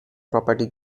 property